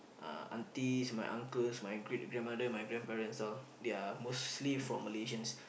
uh aunties my uncles my great grandmother my grandparents all they are mostly from Malaysians